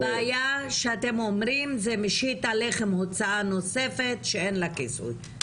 הבעיה שאתם אומרים זה משיט עליכם הוצאה נוספת שאין לה כיסוי,